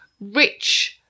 Rich